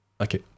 okay